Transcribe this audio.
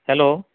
hello